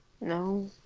No